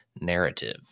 narrative